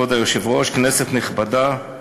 כבוד היושב-ראש, כנסת נכבדה,